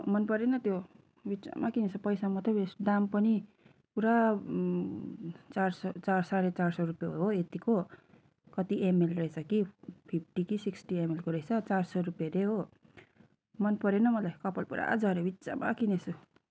मन परेन त्यो बिच्चामा किनेछु पैसा मात्रै वेस्ट दाम पनि पुरा चार सौ चार साँढे चार सौ हो यत्तिको कति एमएल रैछ कि फिप्टि कि सिक्सटि एमएलको रैछ चार सौ रुपे हरे हो मन परेन मलाई कपाल पुरा झऱ्यो बिच्चामा किनेसु